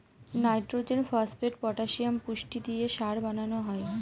nitrogen, phosphate, potassium পুষ্টি দিয়ে সার বানানো হয়